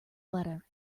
letter